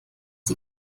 die